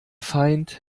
feind